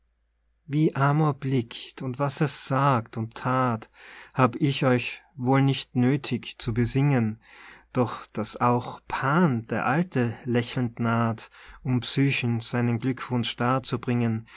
wie amor blickt und was er sagt und that hab ich euch wohl nicht nöthig zu besingen doch daß auch pan der alte lächelnd naht um psychen seinen glückwunsch darzubringen